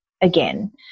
again